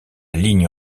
ligne